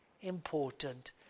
important